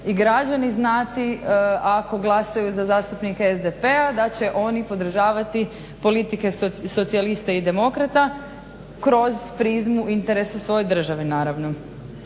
i građani znati ako glasaju za zastupnike SDP-a da će oni podržavati politike socijalista i demokrata kroz prizmu interesa svoje države naravno.